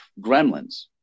Gremlins